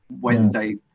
Wednesday